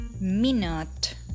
minute